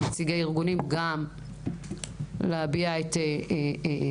ולנציגי ארגונים גם להביע את דעתם.